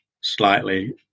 slightly